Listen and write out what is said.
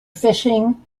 fishing